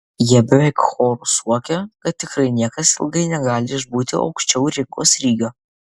jie beveik choru suokia kad tikrai niekas ilgai negali išbūti aukščiau rinkos lygio